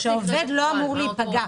כך שהעובד לא אמור להיפגע.